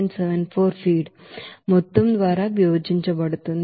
74 feed మొత్తం ద్వారా విభజించబడుతుంది